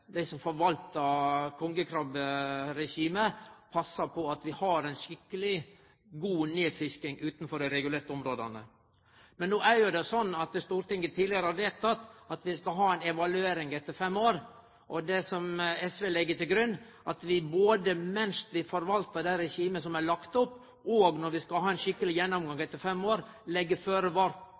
dei som forvaltar kongekrabberegimet, passar på at vi har ei skikkeleg god nedfisking utanfor dei regulerte områda. Stortinget har tidlegare vedteke at vi skal ha ei evaluering etter fem år, og SV meiner at vi både medan vi forvaltar det regimet som er lagt, og når vi skal ha ein skikkeleg gjennomgang etter fem år,